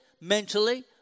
mentally